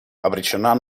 обречена